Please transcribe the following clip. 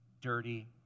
dirty